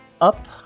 up